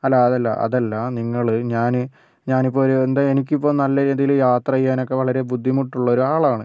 അല്ല അതല്ല അതല്ല നിങ്ങൾ ഞാൻ ഞാനിപ്പൊരു എന്താ എനിക്കിപ്പോൾ നല്ല ഏതേങ്കിലും യാത്ര ചെയ്യാനൊക്കെ വളരെ ബുദ്ധിമുട്ടുള്ളൊരു ആളാണ്